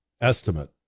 estimate